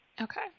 Okay